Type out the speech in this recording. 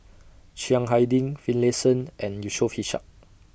Chiang Hai Ding Finlayson and Yusof Ishak